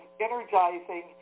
energizing